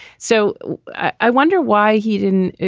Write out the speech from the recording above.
so i wonder why he didn't.